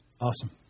Awesome